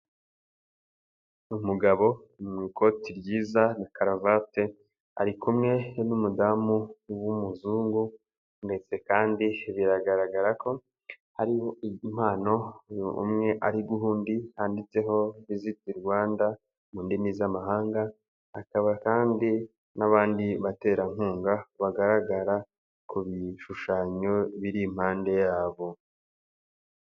Umugabo mu ikoti ryiza na karavate ari kumwe n'umudamu w'umuzungu ndetse kandi biragaragara ko hariho impano umwe ari guha undi, handitseho Visit Rwanda mu ndimi z'amahanga, hakaba kandi n'abandi baterankunga bagaragara ku bishushanyo biri impande yabo.